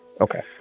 Okay